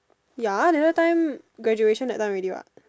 ya the other time graduation that time already what